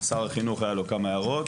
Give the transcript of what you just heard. שר החינוך, היה לו כמה הערות.